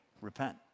Repent